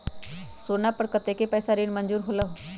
सोना पर कतेक पैसा ऋण मंजूर होलहु?